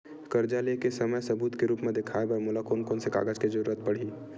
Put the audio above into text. कर्जा ले के समय सबूत के रूप मा देखाय बर मोला कोन कोन से कागज के जरुरत पड़ही?